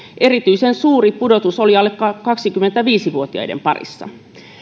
erityisen suuri pudotus oli alle kaksikymmentäviisi vuotiaiden parissa